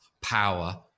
power